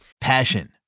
Passion